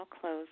close